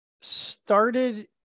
started